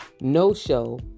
no-show